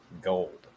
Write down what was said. gold